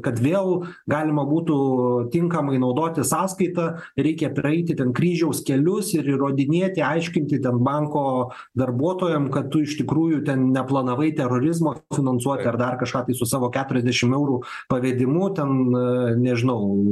kad vėl galima būtų tinkamai naudotis sąskaita reikia praeiti ten kryžiaus kelius ir įrodinėti aiškinti ten banko darbuotojam kad tu iš tikrųjų ten neplanavai terorizmo finansuoti ar dar kažką tai su savo keturiasdešim eurų pavedimu ten na nežinau